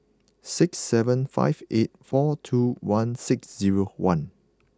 six seven five eight four two one six zero one